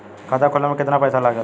खाता खोले में कितना पैसा लगेला?